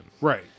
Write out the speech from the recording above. Right